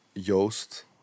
Joost